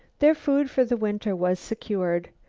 their food for the winter was secured.